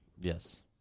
Yes